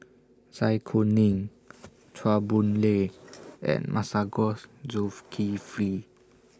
Zai Kuning Chua Boon Lay and Masagos